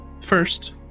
first